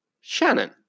Shannon